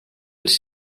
els